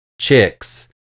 chicks